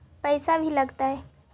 पैसा भी लगतय?